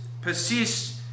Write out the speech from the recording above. persist